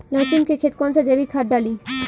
लहसुन के खेत कौन सा जैविक खाद डाली?